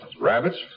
Rabbits